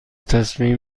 تصمیم